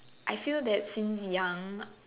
I feel that since young